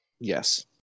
yes